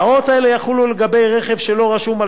ההוראות האלה יחולו לגבי רכב שלא רשום על